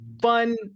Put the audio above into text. fun